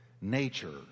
nature